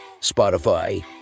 Spotify